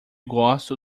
gosto